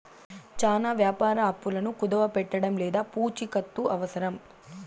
చానా వ్యాపార అప్పులను కుదవపెట్టడం లేదా పూచికత్తు అవసరం